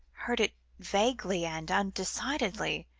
heard it vaguely and undecidedly,